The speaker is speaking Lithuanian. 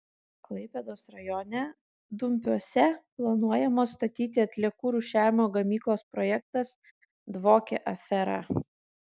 klaipėdos rajone dumpiuose planuojamos statyti atliekų rūšiavimo gamyklos projektas dvokia afera